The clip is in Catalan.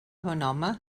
bonhome